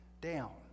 down